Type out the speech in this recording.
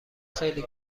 خیلی